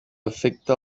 afecta